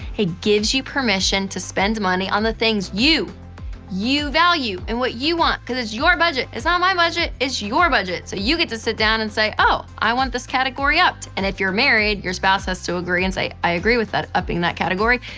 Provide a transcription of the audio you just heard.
it gives you permission to spend money on the things you you value and what you want because it's your budget. it's not ah my budget. it's your budget. so you get to sit down and say, oh, i want this category up. and if you're married, your spouse has to agree and say, i agree with upping that category,